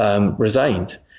resigned